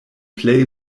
plej